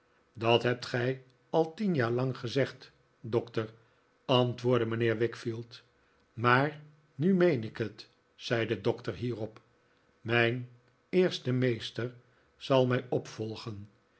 dat hebt gij al tien jaar lang gezegd doctor antwoordde mijnheer wickfield maar nu meen ik het zei de doctor hierop mijn eerste meester zal mij opvolgen